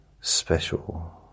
special